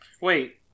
wait